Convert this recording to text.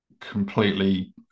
completely